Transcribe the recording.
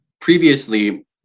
previously